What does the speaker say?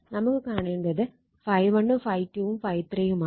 നമുക്ക് കാണേണ്ടത് ∅1 ഉം ∅2 ഉം ∅3യുമാണ്